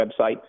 website